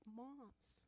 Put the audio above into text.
moms